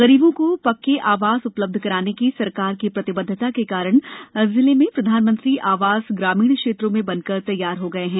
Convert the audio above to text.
गरीबों को पक्के आवास उपलब्ध कराने की सरकार की प्रतिबद्वता के कारण जिले प्रधानमंत्री आवास ग्रामीण क्षेत्रों में बनकर तैयार हो गये है